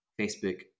Facebook